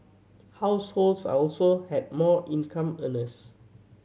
households also had more income earners